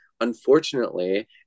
unfortunately